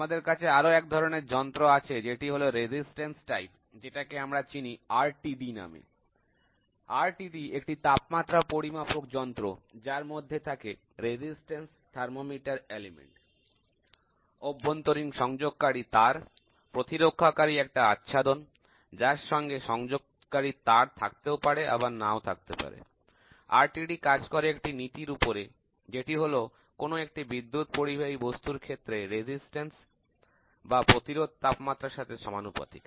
আমাদের কাছে আরও এক ধরনের যন্ত্র আছে যেটি হল রেজিস্ট্যান্স ধরণ এটাকে আমরা চিনি RTD নামে RTD একটি তাপমাত্রা পরিমাপক যন্ত্র যার মধ্যে থাকে রোধ থার্মোমিটার উপাদান অভ্যন্তরীণ সংযোগকারী তার প্রতিরক্ষাকারী একটা আচ্ছাদন যার সঙ্গে সংযোগকারী তার থাকতেও পারে আবার নাও থাকতে পারে RTD কাজ করে একটি নীতির উপরে যেটি হল কোন একটি বিদ্যুৎ পরিবাহী বস্তুর ক্ষেত্রে প্রতিরোধ তাপমাত্রার সাথে সমানুপাতিক